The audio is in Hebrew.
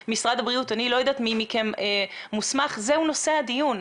אני לא יודעת מי מכם מוסמך אבל זה נושא הדיון.